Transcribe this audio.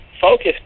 focus